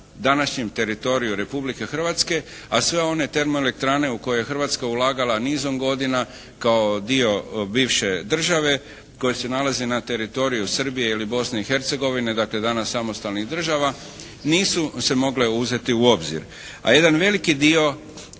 današnjem teritoriju Republike Hrvatske a sve one termoelektrane u koje je Hrvatska ulagala nizom godina kao dio bivše države koje se nalazi na teritoriju Srbije ili Bosne i Hercegovine dakle danas samostalnih država nisu se mogle uzeti u obzir. A jedan veliki dio